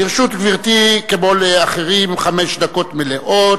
לרשות גברתי, כמו לאחרים, חמש דקות מלאות.